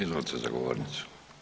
Izvolite za govornicu.